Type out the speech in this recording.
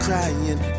Crying